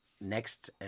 next